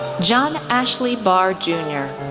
john ashley barre jr,